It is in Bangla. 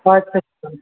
আচ্ছা আচ্ছা